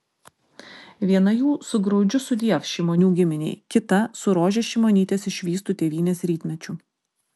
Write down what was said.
viena jų su graudžiu sudiev šimonių giminei kita su rožės šimonytės išvystu tėvynės rytmečiu